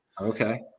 Okay